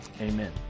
Amen